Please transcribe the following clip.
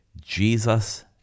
Jesus